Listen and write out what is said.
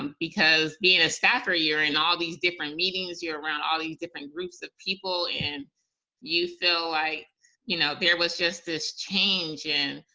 um because being a staffer, you're in all these different meetings, you're around all these different groups of people, and you feel like you know there was just this change in.